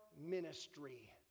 ministry